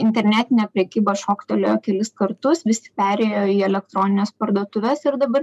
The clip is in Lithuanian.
internetinė prekyba šoktelėjo kelis kartus visi perėjo į elektronines parduotuves ir dabar